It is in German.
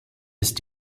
ist